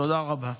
תודה רבה.